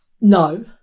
No